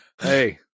Hey